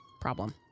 problem